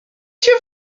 się